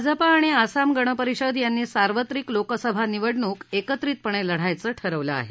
भाजपा आणि आसाम गण परिषद यांनी सार्वत्रिक लोकसभा निवडणूक एकत्रितपणे लढायचं ठरवलं आहे